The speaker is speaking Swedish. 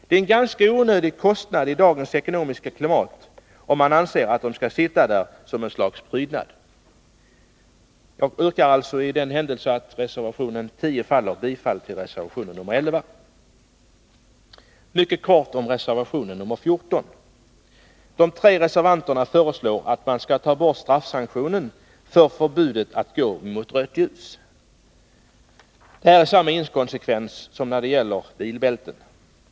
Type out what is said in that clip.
Det är en ganska onödig kostnad i dagens ekonomiska klimat, om man anser att de skall sitta där som ett slags prydnad. Om reservation nr 10 faller, yrkar jag bifall till reservation 11. Mycket kort om reservation nr 14. De tre reservanterna föreslår att man skall ta bort straffsanktionerna för förbudet att gå mot rött ljus. Här har vi samma inkonsekvens som när det gäller bilbältena.